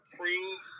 prove –